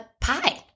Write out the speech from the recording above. pie